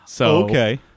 Okay